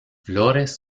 flores